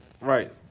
right